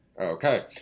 Okay